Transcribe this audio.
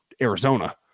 Arizona